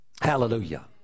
Hallelujah